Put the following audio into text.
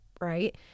right